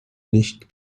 nicht